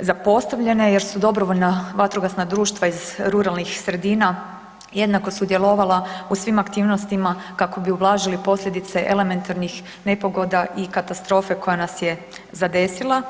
zapostavljene jer su dobrovoljna vatrogasna društva iz ruralnih sredina jednako sudjelovala u svim aktivnostima kako bi ublažili posljedice elementarnih nepogoda i katastrofe koja nas je zadesila.